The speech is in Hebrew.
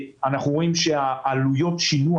אנחנו רואים שעלויות השינוע,